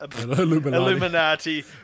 illuminati